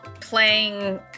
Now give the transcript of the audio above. playing